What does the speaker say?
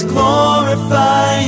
glorify